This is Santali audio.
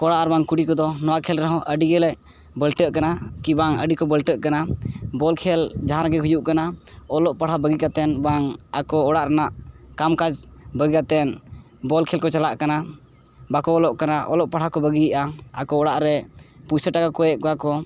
ᱠᱚᱲᱟ ᱟᱨ ᱵᱟᱝ ᱠᱩᱲᱤ ᱠᱚᱫᱚ ᱱᱚᱣᱟ ᱠᱷᱮᱹᱞ ᱨᱮᱦᱚᱸ ᱟᱹᱰᱤ ᱜᱮᱞᱮ ᱵᱟᱹᱞᱴᱟᱹᱜ ᱠᱟᱱᱟ ᱠᱤ ᱵᱟᱝ ᱟᱹᱰᱤ ᱠᱚ ᱵᱟᱹᱞᱴᱟᱹᱜ ᱠᱟᱱᱟ ᱵᱚᱞ ᱠᱷᱮᱞ ᱡᱟᱦᱟᱸ ᱨᱮᱜᱮ ᱦᱩᱭᱩᱜ ᱠᱟᱱᱟ ᱚᱞᱚᱜ ᱯᱟᱲᱦᱟᱣ ᱵᱟᱹᱜᱤ ᱠᱟᱛᱮᱫ ᱵᱟᱝ ᱟᱠᱚ ᱚᱲᱟᱜ ᱨᱮᱱᱟᱜ ᱠᱟᱢᱼᱠᱟᱡᱽ ᱵᱟᱹᱜᱤ ᱠᱟᱛᱮᱫ ᱵᱚᱞ ᱠᱷᱮᱹᱞ ᱠᱚ ᱪᱟᱞᱟᱜ ᱠᱟᱱᱟ ᱵᱟᱠᱚ ᱚᱞᱚᱜ ᱠᱟᱱᱟ ᱚᱞᱚᱜᱼᱯᱟᱲᱦᱟᱜ ᱠᱚ ᱵᱟᱹᱜᱤᱭᱮᱫᱼᱟ ᱟᱠᱚ ᱚᱲᱟᱜᱨᱮ ᱯᱩᱭᱥᱟᱹᱼᱴᱟᱠᱟ ᱠᱷᱚᱭᱮᱫ ᱠᱚᱣᱟ ᱠᱚ